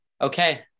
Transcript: Okay